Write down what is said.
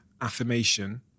affirmation